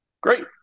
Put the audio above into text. Great